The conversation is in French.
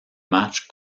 match